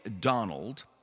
Donald